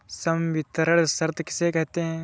संवितरण शर्त किसे कहते हैं?